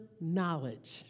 knowledge